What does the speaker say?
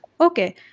Okay